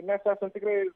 mes esam tikrai